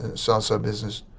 ah says ah business.